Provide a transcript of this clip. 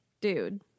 dude